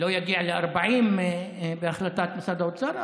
לא יגיע ל-40 בהחלטת משרד האוצר,